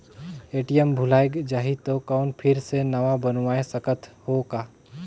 ATM भुलाये जाही तो कौन फिर से नवा बनवाय सकत हो का?